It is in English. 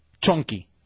chunky